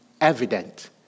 evident